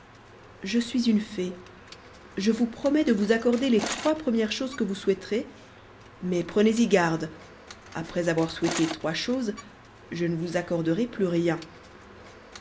je suis une fée je vous promets de vous accorder les trois premières choses que vous souhaiterez mais prenez-y garde après avoir souhaité trois choses je ne vous accorderai plus rien